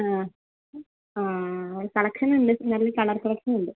ആ ആ കളക്ഷനുണ്ട് നല്ല കളർ കളക്ഷനുണ്ട്